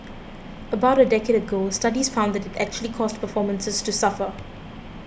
about a decade ago studies found that it actually caused performances to suffer